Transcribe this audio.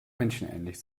menschenähnlich